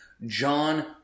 John